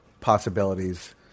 possibilities